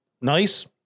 nice